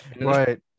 Right